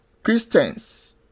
Christians